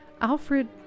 Alfred